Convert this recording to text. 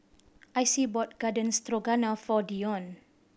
Icy bought Garden Stroganoff for Dionne